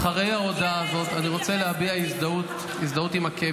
אחרי ההודעה הזאת אני רוצה להביע הזדהות עם הכאב,